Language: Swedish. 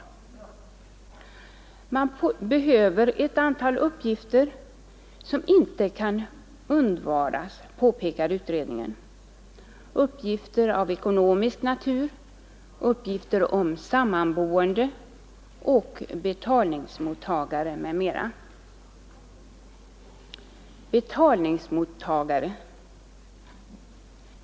Ansökningsförfarandet är det enda sättet att få in ett antal uppgifter som inte kan undvaras, påpekar utredningen — uppgifter av ekonomisk natur, uppgifter om sammanboende, om betalningsmottagare m.m.